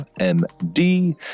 md